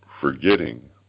forgetting